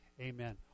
Amen